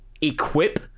equip